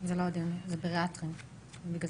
אנחנו מדברים על ניתוחים בריאטריים וחלופות